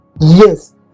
Yes